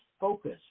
focus